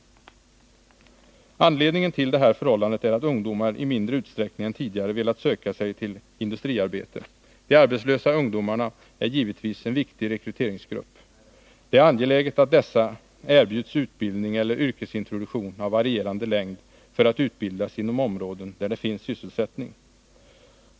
Anledningen till detta förhållande är att ungdomar i mindre utsträckning än tidigare velat söka sig till industriarbete. De arbetslösa ungdomarna är givetvis en viktig rekryteringsgrupp. Det är angeläget att dessa erbjuds utbildning eller yrkesintroduktion av varierande längd för att utbildas inom områden där det finns sysselsättning.